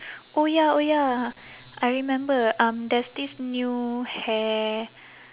oh ya oh ya I remember um there's this new hair